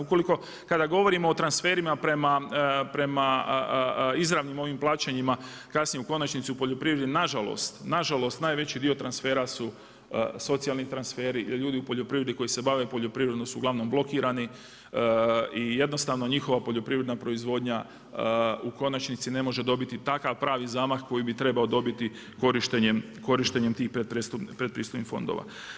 Ukoliko, kada govorimo o transferima prema izravnim ovim plaćanjima kasnije u konačnici u poljoprivredi nažalost, nažalost najveći dio transfera su socijalni transferi jer ljudi u poljoprivredi koji se bave poljoprivredom su uglavnom blokirani i jednostavno njihova poljoprivredna proizvodnja u konačnici ne može dobiti takav pravi zamah koji bi trebao dobiti korištenjem tih predpristupnih fondova.